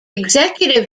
executive